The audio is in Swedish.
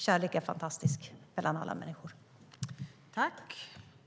Kärlek, mellan alla människor, är något fantastiskt.